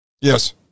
Yes